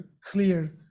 clear